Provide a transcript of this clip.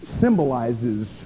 symbolizes